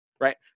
right